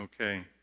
Okay